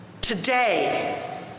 Today